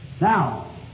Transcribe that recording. Now